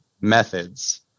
methods